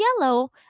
yellow